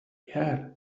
bihar